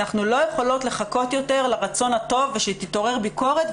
אנחנו לא יכולות לחכות יותר לרצון הטוב ושתתעורר ביקורת,